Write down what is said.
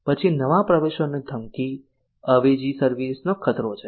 પછી નવા પ્રવેશકોની ધમકી અવેજી સર્વિસ નો ખતરો છે